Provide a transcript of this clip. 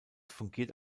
fungiert